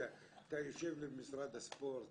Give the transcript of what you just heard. אתה יושב במשרד הספורט,